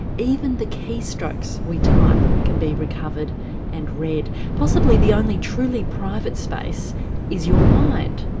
even the key strokes we type can be recovered and read. possibly the only truly private space is your mind,